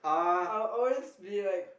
I'll always be like